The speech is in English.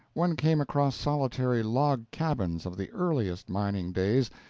one came across solitary log cabins of the earliest mining days,